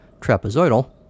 Trapezoidal